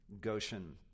Goshen